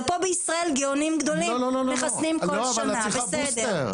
אתם בישראל גאונים גדולים, מחסנים כל שנה, בסדר.